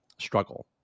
struggle